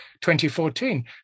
2014